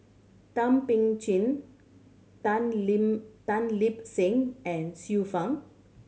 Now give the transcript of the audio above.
Thum Ping Tjin Tan Lin Tan Lip Seng and Xiu Fang